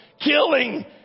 Killing